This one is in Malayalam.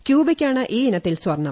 ക്യൂബയ്ക്കാണ് ഈ ഇനത്തിൽ സ്വർണ്ണം